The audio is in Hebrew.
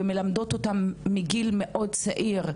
ומלמדות אותן מגיל מאוד צעיר,